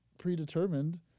predetermined